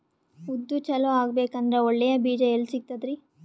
ಉದ್ದು ಚಲೋ ಆಗಬೇಕಂದ್ರೆ ಒಳ್ಳೆ ಬೀಜ ಎಲ್ ಸಿಗತದರೀ?